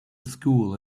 school